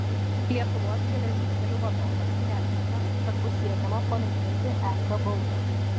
lietuvos geležinkelių vadovas neatmeta kad bus siekiama panaikinti ek baudą